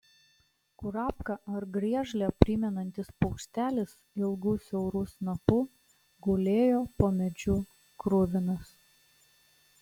kurapką ar griežlę primenantis paukštelis ilgu siauru snapu gulėjo po medžiu kruvinas